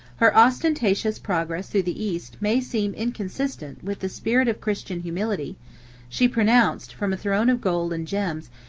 her ostentatious progress through the east may seem inconsistent with the spirit of christian humility she pronounced, from a throne of gold and gems,